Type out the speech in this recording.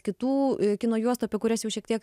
kitų kino juostų apie kurias jau šiek tiek